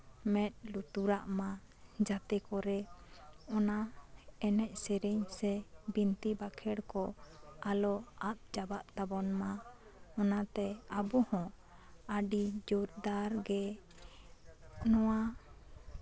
ᱢᱮᱫ ᱞᱩᱛᱩᱨᱟᱜ ᱢᱟ ᱡᱟᱛᱮ ᱠᱚᱨᱮ ᱚᱱᱟ ᱮᱱᱮᱡ ᱥᱮᱨᱮᱧ ᱥᱮ ᱵᱤᱱᱛᱤ ᱵᱟᱠᱷᱮᱲ ᱠᱚ ᱟᱞᱚ ᱟᱫ ᱪᱟᱵᱟᱜ ᱛᱟᱵᱳᱱ ᱢᱟ ᱚᱱᱟᱛᱮ ᱟᱵᱚᱦᱚᱸ ᱟᱹᱰᱤ ᱡᱳᱨᱫᱟᱨᱜᱮ ᱱᱚᱣᱟ